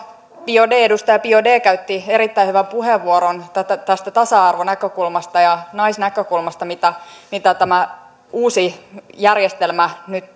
edustaja biaudet käytti erittäin hyvän puheenvuoron tasa arvonäkökulmasta ja naisnäkökulmasta siitä mitä tämä uusi järjestelmä nyt